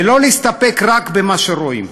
ולא להסתפק רק במה שרואים.